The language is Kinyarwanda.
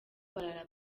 barara